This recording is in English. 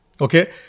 okay